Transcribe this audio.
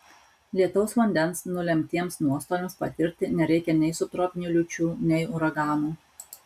lietaus vandens nulemtiems nuostoliams patirti nereikia nei subtropinių liūčių nei uraganų